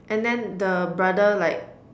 and then the brother like